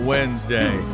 Wednesday